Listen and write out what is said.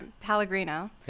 pellegrino